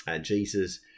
jesus